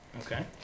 Okay